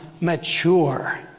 mature